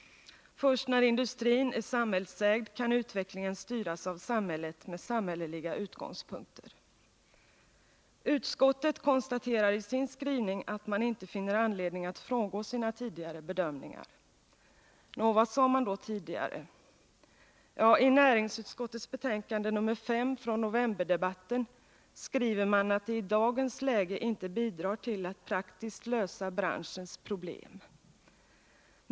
Först när industrin är samhällsägd kan utvecklingen styras av samhället med samhälleliga utgångspunkter. Utskottet konstaterar i sin skrivning att man inte finner anledning att frångå sina tidigare bedömningar. Nå, vad sade man då tidigare? Ja, i näringsutskottets betänkande nr 5 från novemberdebatten skriver man att det i dagens läge inte bidrar till att praktiskt lösa branschens problem.